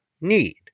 need